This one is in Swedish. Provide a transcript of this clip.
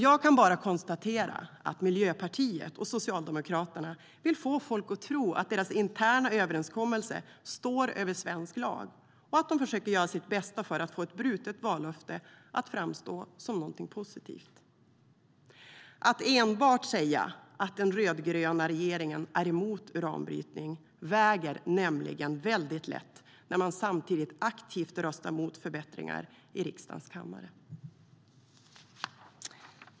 Jag kan bara konstatera att Miljöpartiet och Socialdemokraterna vill få folk att tro att deras interna överenskommelse står över svensk lag och att de försöker göra sitt bästa för att få ett brutet vallöfte att framstå som någonting positivt. Att enbart säga att den rödgröna regeringen är emot uranbrytning väger nämligen väldigt lätt när man samtidigt aktivt röstar mot förbättringar i riksdagens kammare.